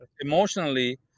emotionally